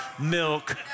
milk